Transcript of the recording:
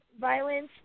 violence